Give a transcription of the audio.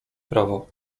prawo